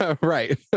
Right